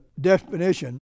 definition